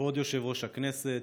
כבוד יושב-ראש הכנסת,